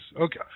Okay